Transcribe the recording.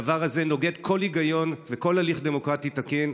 הדבר הזה נוגד כל היגיון וכל הליך דמוקרטי תקין,